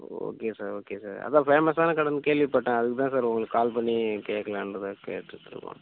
okay sir okay sir அதான் பேமஸான கடைன்னு கேள்விப்பட்டேன் அதுக்கு தான் சார் உங்களுக்குக் கால் பண்ணி கேக்கலாம்ன்ட்டு தான் கேட்டுட்டுருக்கோம்